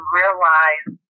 realize